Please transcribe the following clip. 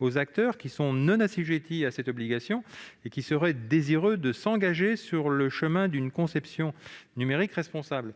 aux acteurs qui ne sont pas assujettis à cette obligation, mais qui seraient désireux de s'engager sur le chemin d'une conception numérique responsable,